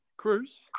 Cruz